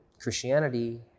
Christianity